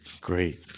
Great